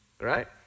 right